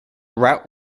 route